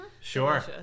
sure